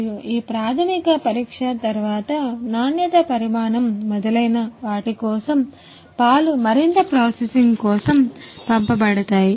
మరియు ప్రాధమిక పరీక్ష తర్వాత నాణ్యత పరిమాణంమొదలైన వాటికోసం పాలు మరింత ప్రాసెసింగ్ కోసం పంపబడతాయి